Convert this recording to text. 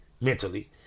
mentally